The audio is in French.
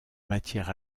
matière